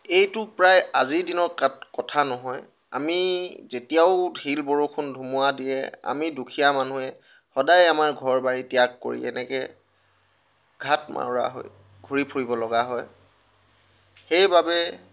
এইটো প্ৰায় আজিৰ দিনৰ কা কথা নহয় আমি যেতিয়াও শিল বৰষুণ ধুমুহা দিয়ে আমি দুখীয়া মানুহে সদায় আমাৰ ঘৰ বাৰী ত্যাগ কৰি এনেকে ঘাটমাউৰা হৈ ঘূৰি ফুৰিব লগা হয় সেইবাবে